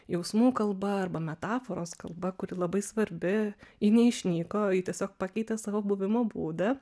jausmų kalba arba metaforos kalba kuri labai svarbi ji neišnyko ji tiesiog pakeitė savo buvimo būdą